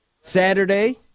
Saturday